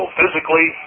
physically